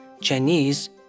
Chinese